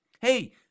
Hey